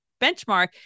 benchmark